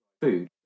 food